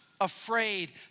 afraid